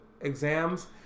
exams